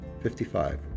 55